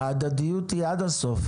ההדדיות היא עד הסוף.